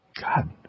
God